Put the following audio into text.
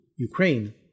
Ukraine